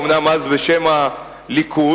אומנם אז בשם הליכוד,